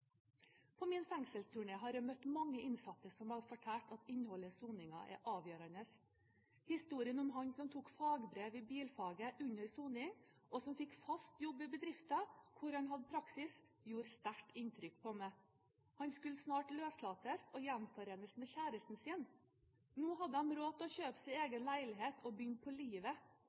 På min fengselsturné har jeg møtt mange innsatte som har fortalt at innholdet i soningen er avgjørende. Historien om han som tok fagbrev i bilfaget under soning, og som fikk fast jobb i bedriften hvor han hadde praksis, gjorde sterkt inntrykk på meg. Han skulle snart løslates og gjenforenes med kjæresten sin. Nå hadde han råd til å kjøpe seg egen leilighet og begynne på livet.